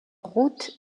route